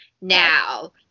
now